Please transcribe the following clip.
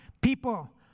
People